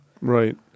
Right